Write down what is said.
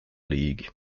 league